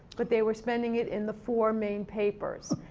but they were spending it in the four main papers.